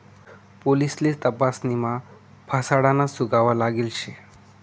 पोलिससले तपासणीमा फसाडाना सुगावा लागेल शे